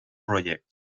projects